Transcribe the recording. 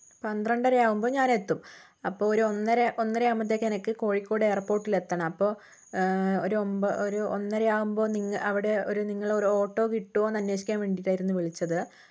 പന്ത്രണ്ടരയാവുമ്പോൾ ഞാനെത്തും അപ്പോൾ ഒരു ഒന്നര ഒന്നര ആകുമ്പോഴേക്കും എനിക്ക് കോഴിക്കോട് എയർപോർട്ടിൽ എത്തണം അപ്പോൾ ഒരു ഒന്നര ആകുമ്പോൾ അവിടെ ഒരു നിങ്ങൾ ഒരു ഓട്ടോ കിട്ടുമോയെന്ന് അന്വേഷിക്കാൻ വേണ്ടിയിട്ടായിരുന്നു വിളിച്ചത്